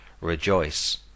rejoice